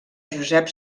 josep